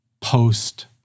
post